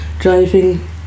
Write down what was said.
driving